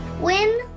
Win